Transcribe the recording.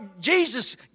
Jesus